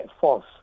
force